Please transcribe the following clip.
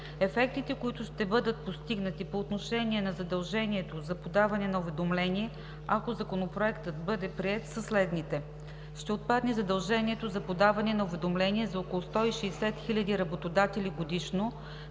Ефектите, които ще бъдат постигнати, по отношение на задължението за подаване на уведомление, ако Законопроектът бъде приет са следните: Ще отпадне задължението за подаване на уведомление за около 160 000 работодатели годишно,